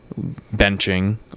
benching